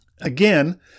Again